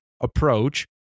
approach